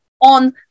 on